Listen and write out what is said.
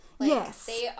Yes